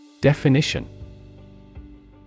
Definition